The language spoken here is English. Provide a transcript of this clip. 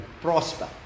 prosper